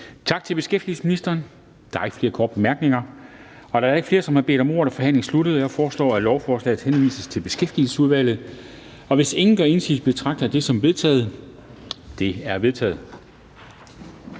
Tak til beskæftigelsesministeren. Der er ikke flere korte bemærkninger. Da der ikke er flere, som har bedt om ordet, er forhandlingen sluttet. Jeg foreslår, at lovforslaget henvises til Beskæftigelsesudvalget. Hvis ingen gør indsigelse, betragter jeg det som vedtaget. Det er vedtaget.